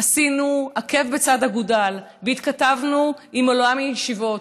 עשינו עקב בצד אגודל, והתכתבנו עם עולם הישיבות.